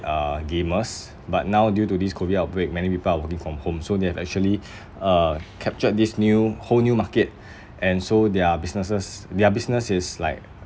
uh gamers but now due to this COVID outbreak many people are working from home so they have actually uh captured this new whole new market and so their businesses their business is like